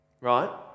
right